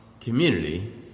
community